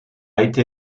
été